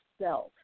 self